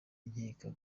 nkeka